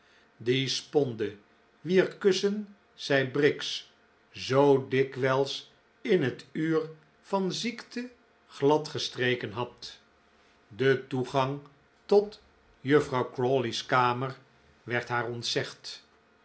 die sponde wier kussen zij briggs zoo dikwijls in het uur van ziekte glad gestreken had de toegang tot juffrouw crawley's kamer werd haar ontzegd